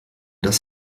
das